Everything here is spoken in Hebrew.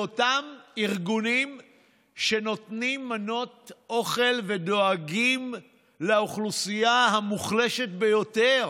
אלה אותם ארגונים שנותנים מנות אוכל ודואגים לאוכלוסייה המוחלשת ביותר.